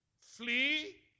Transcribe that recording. flee